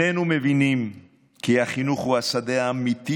שנינו מבינים כי החינוך הוא השדה האמיתי